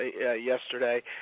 yesterday